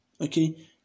Okay